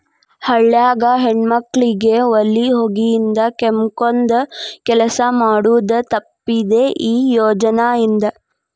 ಹಳ್ಯಾಗ ಹೆಣ್ಮಕ್ಕಳಿಗೆ ಒಲಿ ಹೊಗಿಯಿಂದ ಕೆಮ್ಮಕೊಂದ ಕೆಲಸ ಮಾಡುದ ತಪ್ಪಿದೆ ಈ ಯೋಜನಾ ಇಂದ